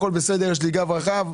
יש לי גב רחב,